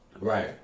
Right